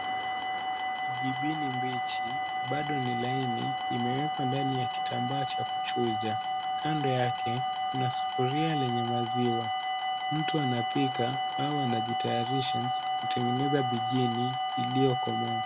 Jibini mbichi bado ni laini imewekwa ndani ya kitambaa cha kuchuja. Kando yake kuna sufuria lenye maziwa, mtu anapika au anajitayarisha kutengeneza bijini iliyokomaa.